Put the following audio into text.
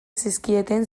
zizkieten